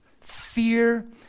Fear